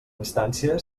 instància